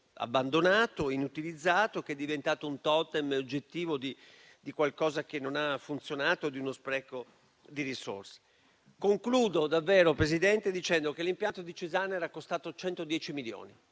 abbandonato e, inutilizzato, è diventato un totem oggettivo di qualcosa che non ha funzionato e di uno spreco di risorse. Signor Presidente, l'impianto di Cesana era costato 110 milioni.